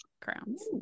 crowns